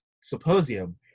symposium